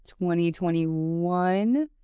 2021